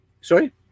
Sorry